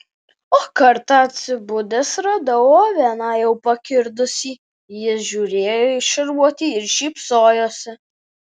o kartą atsibudęs radau oveną jau pakirdusį jis žiūrėjo į šarvuotį ir šypsojosi